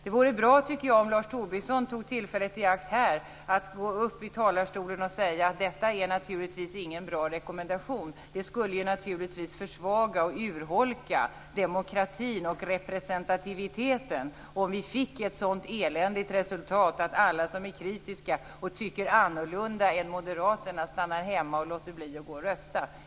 Jag tycker att det vore bra om Lars Tobisson här tog tillfället i akt att gå upp i talarstolen och säga att detta inte är någon bra rekommendation. Det skulle naturligtvis försvaga och urholka demokratin och representativiteten, om vi fick ett så eländigt resultat att alla de som är kritiska och inte tycker likadant som moderaterna skulle stanna hemma och låta bli att rösta.